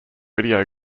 video